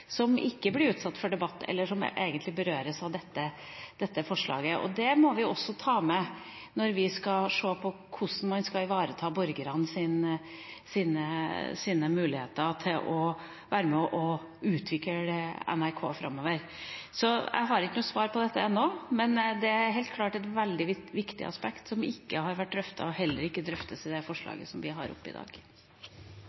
som ikke blir utsatt for debatt eller egentlig berøres av dette forslaget. Det må vi også ta med når vi skal se på hvordan man skal ivareta borgernes muligheter til å være med og utvikle NRK framover. Jeg har ikke noe svar på dette ennå, men det er helt klart et veldig viktig aspekt som ikke har vært drøftet, og som heller ikke drøftes i